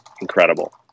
incredible